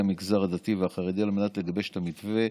המגזר הדתי והחרדי על מנת לגבש את המתווה,